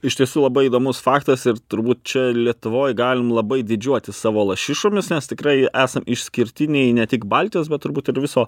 iš tiesų labai įdomus faktas ir turbūt čia lietuvoj galim labai didžiuotis savo lašišomis mes tikrai esam išskirtiniai ne tik baltijos bet turbūt ir viso